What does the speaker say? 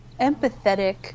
empathetic